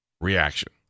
Reaction